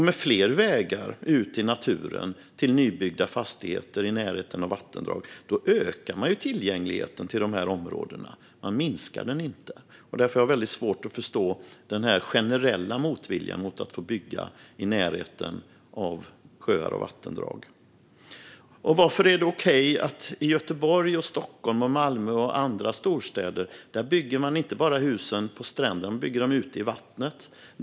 Med fler vägar ut i naturen till nybyggda fastigheter i närheten av vattendrag ökas ju tillgängligheten till dessa områden. Därför har jag svårt att förstå den generella motviljan mot att få bygga i närheten av sjöar och vattendrag. I Göteborg, Stockholm, Malmö och andra städer är det okej att bygga hus inte bara på stränder utan ute i vattnet.